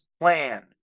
plan